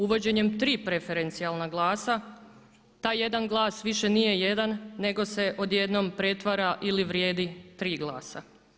Uvođenjem tri preferencijalna glasa taj jedan glas više nije jedan nego se odjednom pretvara ili vrijedi tri glasa.